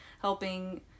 helping